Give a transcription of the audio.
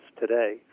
today